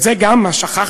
את זה גם שכחתם?